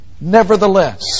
Nevertheless